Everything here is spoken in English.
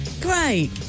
Great